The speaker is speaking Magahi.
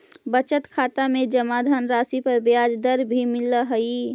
बजट खाता में जमा धनराशि पर ब्याज दर भी मिलऽ हइ